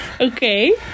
Okay